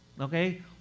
Okay